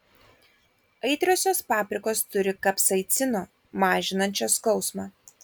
aitriosios paprikos turi kapsaicino mažinančio skausmą